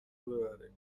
ببره